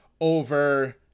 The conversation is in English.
over